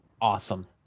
Awesome